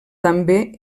també